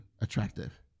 attractive